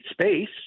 space